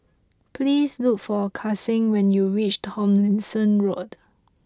please look for Kasen when you reach Tomlinson Road